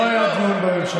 בוא תשאל את ליברמן מה עמדתו.